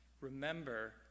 remember